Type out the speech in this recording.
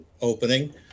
opening